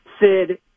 Sid